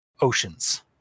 oceans